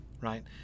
right